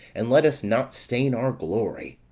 and let us not stain our glory.